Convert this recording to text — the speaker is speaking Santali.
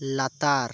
ᱞᱟᱛᱟᱨ